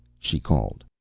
she called.